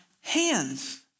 hands